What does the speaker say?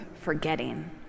forgetting